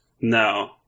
No